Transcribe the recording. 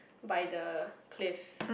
by the cliff